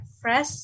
fresh